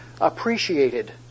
appreciated